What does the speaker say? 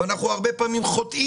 הרבה פעמים אנחנו,